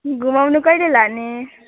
घुमाउनु कहिले लाने